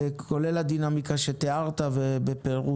כולל על הדינמיקה שתיארת בפירוט.